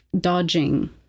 dodging